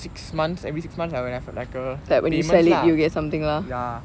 six months every six months I would have like uh that payments lah